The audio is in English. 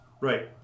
Right